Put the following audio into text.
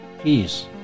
peace